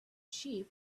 cheap